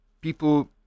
people